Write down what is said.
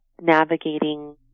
navigating